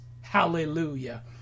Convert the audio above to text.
Hallelujah